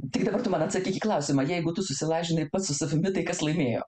tik dabar tu man atsakyk į klausimą jeigu tu susilažinai pats su savimi tai kas laimėjo